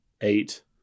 eight